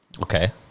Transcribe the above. Okay